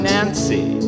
Nancy